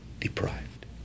Deprived